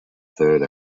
third